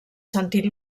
sentit